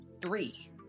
Three